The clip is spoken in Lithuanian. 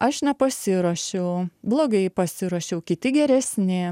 aš nepasiruošiau blogai pasiruošiau kiti geresni